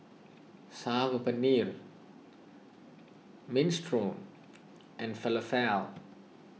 Saag Paneer Minestrone and Falafel